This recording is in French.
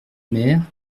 mère